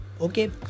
okay